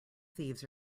thieves